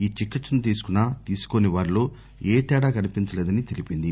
ఈ చికిత్పను తీసుకున్న తీసుకోని వారిలో ఏ తేడా కనిపించలేదని తెలిపింది